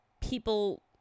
people